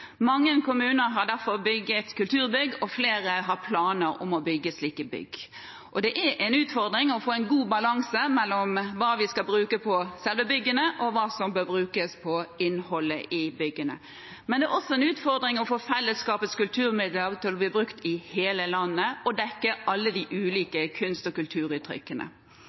Mange kommuner har derfor bygd kulturbygg, og flere har planer om å bygge slike bygg. Det er en utfordring å få en god balanse mellom hva som skal brukes på selve byggene, og hva som bør brukes på innholdet i byggene. Men det er også en utfordring å få fellesskapets kulturmidler til å bli brukt i hele landet og dekke alle de ulike kunst- og kulturuttrykkene.